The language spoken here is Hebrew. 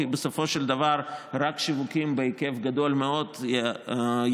כי בסופו של דבר רק שיווקים בהיקף גדול מאוד יביאו